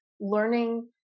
learning